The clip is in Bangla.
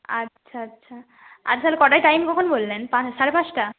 আচ্ছা আচ্ছা আচ্ছা আজ তাহলে কটায় টাইম কখন বললেন সাড়ে পাঁচটা